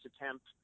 attempt